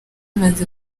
umaze